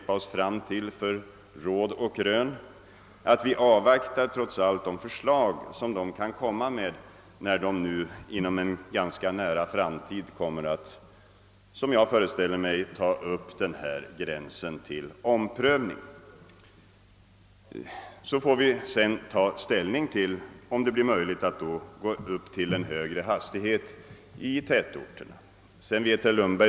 Vi bör avvakta de förslag som högertrafikkommissionen kommer att lägga fram när den inom en ganska nära framtid, föreställer jag mig, tar upp frågan om fartbegränsningen till omprövning. Därefter får vi ta ställning till om det blir möjligt att tillåta högre hastighet i tätorterna.